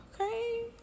okay